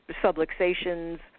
subluxations